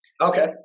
okay